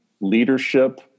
leadership